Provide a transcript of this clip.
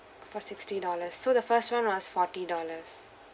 for sixty dollars so the first [one] was forty dollars